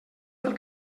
del